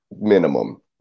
minimum